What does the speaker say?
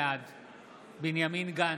בעד בנימין גנץ,